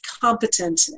competent